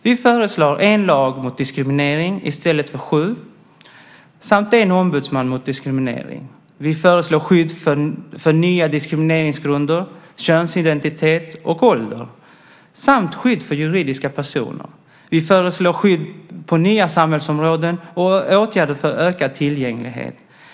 Vi föreslår en lag mot diskriminering i stället för sju samt en ombudsman mot diskriminering. Vi föreslår skydd för nya diskrimineringsgrunder, könsidentitet och ålder samt skydd för juridiska personer. Vi föreslår skydd på nya samhällsområden och åtgärder för ökad tillgänglighet.